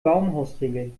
baumhausregel